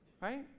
Right